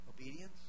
obedience